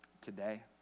Today